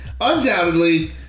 Undoubtedly